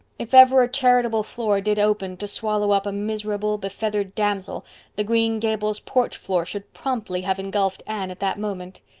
if ever a charitable floor did open to swallow up a miserable, befeathered damsel the green gables porch floor should promptly have engulfed anne at that moment.